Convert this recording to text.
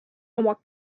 oma